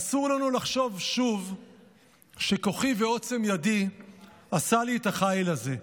אסור לנו לחשוב שוב ש"כֹּחי ועֹצֶם ידִי עשה לי את החיל הזה".